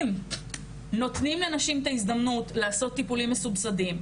אם נותנים לנשים את ההזדמנות לעשות טיפולים מסובסדים,